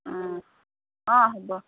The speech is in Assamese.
অঁ অঁ হ'ব